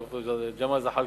ד"ר ג'מאל זחאלקה.